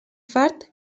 fart